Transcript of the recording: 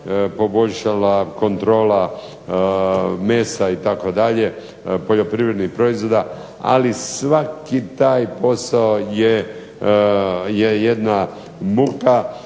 poboljšala kontrola mesa itd., poljoprivrednih proizvoda ali svaki taj posao je jedna muka